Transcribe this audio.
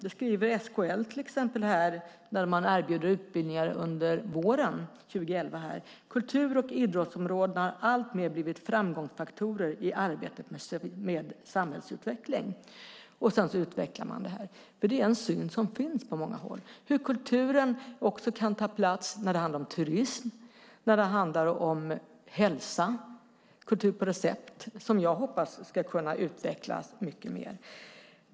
SKL skriver till exempel följande när man erbjuder utbildningar under våren 2011: Kultur och idrottsområdena har alltmer blivit framgångsfaktorer i arbetet med samhällsutveckling. Sedan utvecklar man detta. Det finns på många håll en syn att kulturen kan ta plats också när det handlar om turism och hälsa, bland annat kultur på recept som jag hoppas ska kunna utvecklas mycket mer.